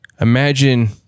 imagine